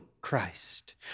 Christ